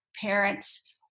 parents